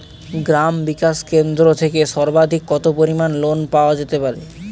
গ্রাম বিকাশ কেন্দ্র থেকে সর্বাধিক কত পরিমান লোন পাওয়া যেতে পারে?